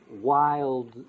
wild